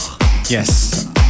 Yes